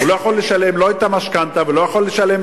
הוא לא יכול לשלם את המשכנתה ולא יכול לשלם